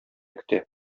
көтә